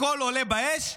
הכול עולה באש,